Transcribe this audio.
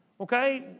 Okay